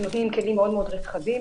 שנותנים כלים מאוד מאוד רחבים.